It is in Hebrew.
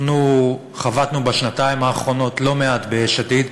אנחנו חבטנו בשנתיים האחרונות לא מעט ביש עתיד,